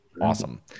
awesome